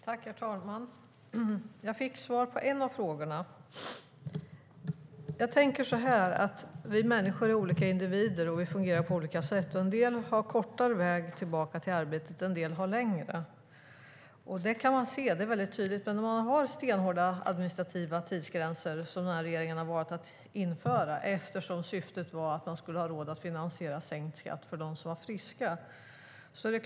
Herr talman! Jag fick svar på en av mina frågor. Jag tänker så här: Vi människor är olika individer och fungerar på olika sätt. En del har kortare väg tillbaka till arbete och en del har längre. Man kan tydligt se att regeringen har valt att prioritera att införa stenhårda administrativa tidsgränser, eftersom syftet var att man skulle ha råd att finansiera sänkt skatt för dem som var friska.